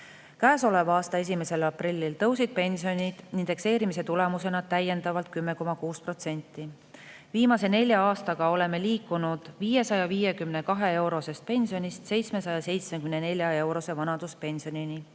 Käesoleva aasta 1. aprillil tõusid pensionid indekseerimise tulemusena täiendavalt 10,6%. Viimase nelja aastaga oleme liikunud 552‑eurosest pensionist 774‑eurose vanaduspensionini